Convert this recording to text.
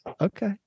Okay